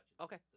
Okay